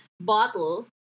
bottle